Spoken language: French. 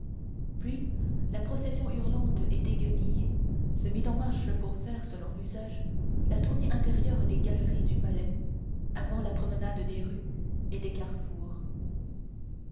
puis la procession hurlante et déguenillée se mit en marche pour faire selon l'usage la tournée intérieure des galeries du palais avant la promenade des rues et des carrefours